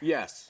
Yes